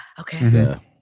Okay